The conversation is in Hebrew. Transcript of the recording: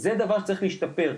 זה דבר שצריך להשתפר,